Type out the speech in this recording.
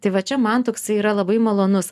tai va čia man toksai yra labai malonus